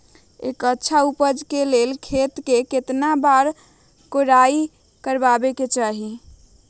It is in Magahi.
एक अच्छा उपज के लिए खेत के केतना बार कओराई करबआबे के चाहि?